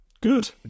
good